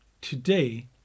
Today